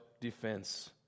defense